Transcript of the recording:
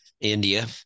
India